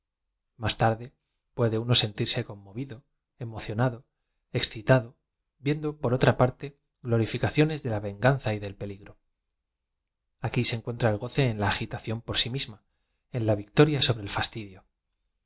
más tarde puede uno sentirse conmovido emocionado excitado viendo por otra parte glorificaciones de la venganza y del peligro a q u í se encuentra el goce en la agitacióa por si misma en la victoria sobre el fastidio